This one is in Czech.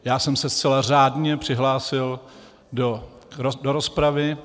Já jsem se zcela řádně přihlásil do rozpravy.